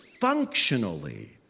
functionally